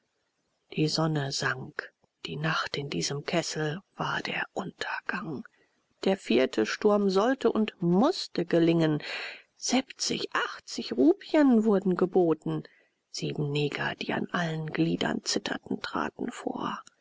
die sonne sank die nacht in diesem kessel war der untergang der vierte sturm sollte und mußte gelingen siebzig achtzig rupien wurden geboten sieben neger die an allen gliedern zitterten traten vor